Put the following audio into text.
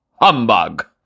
Humbug